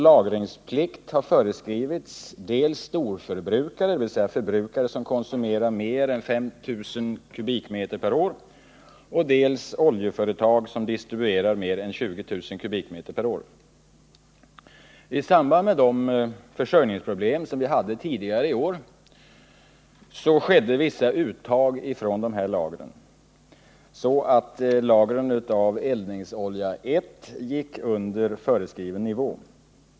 Lagringsplikt har föreskrivits dels storförbrukare — dvs. förbrukare som konsumerar mer än 5 000 m? per år —, dels oljeföretag som distribuerar mer än 20 000 m? per år. I samband med de försörjningsproblem som vi hade tidigare i år gjordes vissa uttag från de här lagren, så att lagren av eldningsolja 1 sjönk under föreskriven nivå.